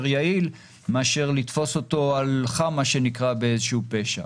יעיל מאשר לתופס אותו על חם באיזשהו פשע.